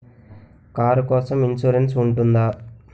Car కోసం insurance ఉంటుందా?